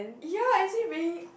yes it has been